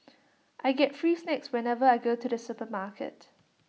I get free snacks whenever I go to the supermarket